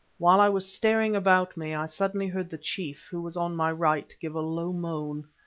while i was staring about me, i suddenly heard the chief, who was on my right, give a low moan,